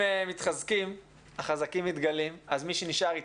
מתחזקים החזקים מתגלים אז מי שנשאר איתנו,